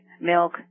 milk